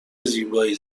زیبایی